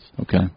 Okay